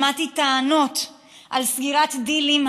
שמעתי טענות על סגירת דילים,